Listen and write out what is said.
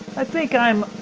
i think i'm